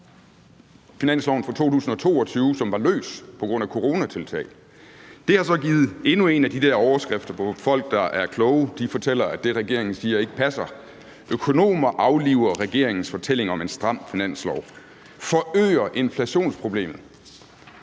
finansloven for 2022, som var løs på grund af coronatiltag. Det har så givet endnu en af de der overskrifter, hvor folk, der er kloge, fortæller, at det, regeringen siger, ikke passer. Økonomer afliver regeringens fortælling om en stram finanslov og siger, at den forøger inflationsproblemet.